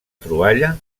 troballa